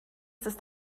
ist